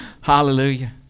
Hallelujah